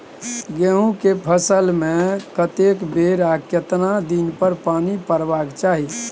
गेहूं के फसल मे कतेक बेर आ केतना दिन पर पानी परबाक चाही?